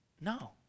No